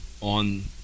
on –